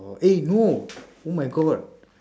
oh eh no omg